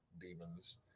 Demons